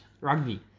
rugby